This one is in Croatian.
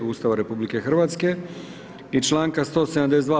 Ustava RH i članka 172.